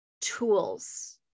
tools